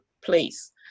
place